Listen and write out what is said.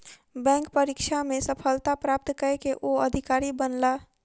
bank परीक्षा में सफलता प्राप्त कय के ओ अधिकारी बनला